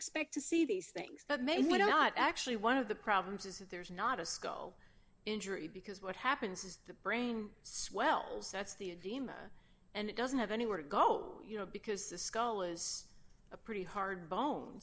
expect to see these things but maybe not actually one of the problems is that there's not a skull injury because what happens is the brain swells that's the a demon and it doesn't have anywhere to go you know because the skull is a pretty hard bone